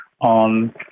on